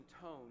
tone